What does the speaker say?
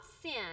sin